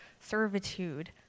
servitude